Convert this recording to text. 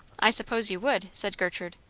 i suppose you would, said gertrude.